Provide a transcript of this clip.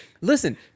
Listen